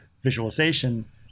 visualization